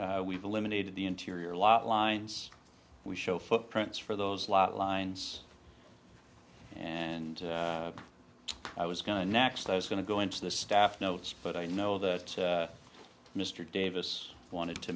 review we've eliminated the interior lot lines we show footprints for those last lines and i was going next i was going to go into the staff notes but i know that mr davis wanted to